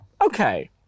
Okay